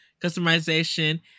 customization